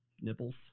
nipples